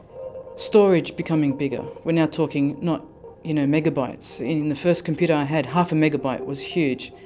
storage becoming bigger. we're now talking not you know megabytes. in the first computer i had, half a megabyte was huge.